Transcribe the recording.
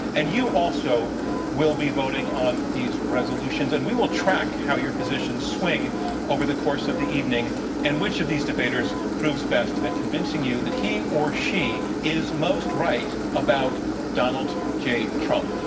and you also will be voting on these resolutions. and we will track how your positions swing over the course of the evening and which of these debaters proves best at convincing you that he or she is most right about donald j. trump.